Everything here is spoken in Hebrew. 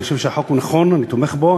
אני חושב שהחוק נכון, אני תומך בו.